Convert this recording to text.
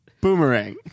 Boomerang